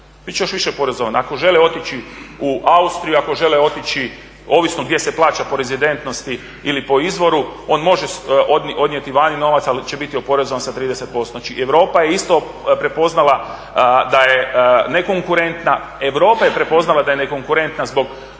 Bit će još više oporezovan. Ako žele otići u Austriji, ako žele otići, ovisno gdje se plaća, po rezidentnosti ili po izvoru, on može odnijeti vani novac ali će biti oporezovan sa 30%. Znači, Europa je isto prepoznala da je nekonkurentna zbog